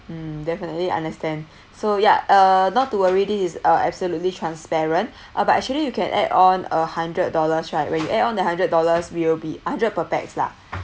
mm definitely understand so ya uh not to worry this is uh absolutely transparent uh but actually you can add on a hundred dollars right when you add on the hundred dollars we'll be hundred per pax lah